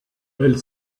elle